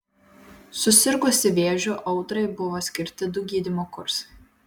susirgusi vėžiu audrai buvo skirti du gydymo kursai